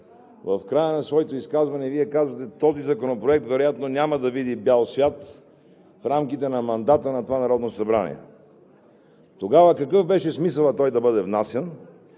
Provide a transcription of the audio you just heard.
в края на своето изказване Вие казвате: „Този законопроект вероятно няма да види бял свят в рамките на мандата на това Народно събрание.“ Тогава какъв беше смисълът той да бъде внасян,